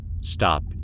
stop